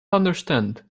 understand